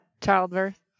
Childbirth